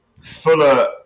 Fuller